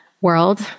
world